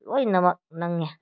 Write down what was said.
ꯂꯣꯏꯅꯃꯛ ꯅꯪꯉꯦ